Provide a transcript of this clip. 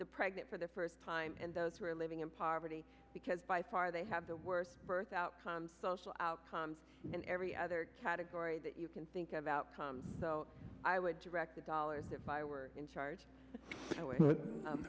the pregnant for the first time and those who are living in poverty because by far they have the worst birth outcomes social outcomes in every other category that you can think of outcome so i would direct the dollars if i were in charge